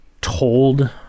told